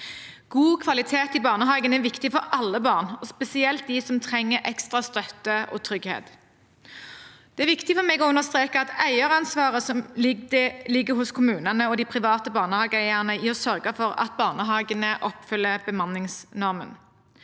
God kvalitet i barnehagen er viktig for alle barn og spesielt for dem som trenger ekstra støtte og trygghet. Det er viktig for meg å understreke at eieransvaret ligger hos kommunene og de private barnehageeierne når det gjelder å sørge for at barnehagene oppfyller bemanningsnormen.